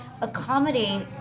accommodate